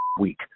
week